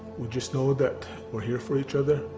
we just know that we're here for each other.